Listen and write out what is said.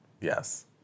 Yes